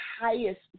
highest